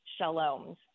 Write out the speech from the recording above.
shalom's